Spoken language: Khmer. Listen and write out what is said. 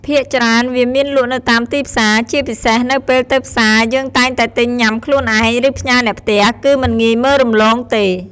ភាគច្រើន វាមានលក់នៅតាមទីផ្សារ ជាពិសេស នៅពេលទៅផ្សារ យើងតែងតែទិញញុាំខ្លួនឯង ឬផ្ញើអ្នកផ្ទះ គឺមិនងាយមើលរំលងទេ។